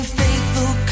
faithful